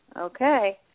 Okay